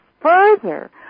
further